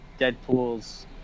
Deadpool's